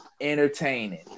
entertaining